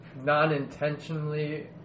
non-intentionally